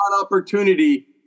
opportunity